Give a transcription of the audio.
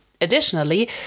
Additionally